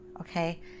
okay